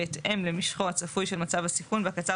בהתאם למשכו הצפוי של מצב הסיכון והקצר